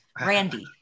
Randy